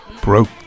broke